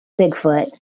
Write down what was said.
Bigfoot